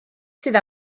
sydd